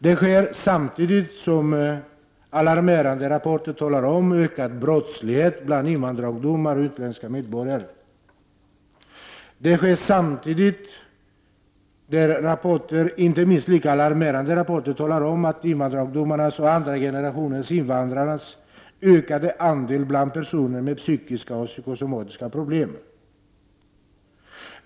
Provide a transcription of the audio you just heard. Detta sker samtidigt som alarmerande rapporter talar om ökad brottslighet bland in vandrarungdomar och utländska medborgare. Det sker samtidigt som det kommer minst lika alarmerande rapporter om invandrarungdomars och andra generationens invandrares ökade andel bland personer med psykiska och psykosomatiska problem.